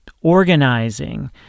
organizing